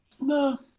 No